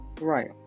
right